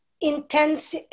intense